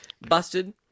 busted